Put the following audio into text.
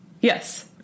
Yes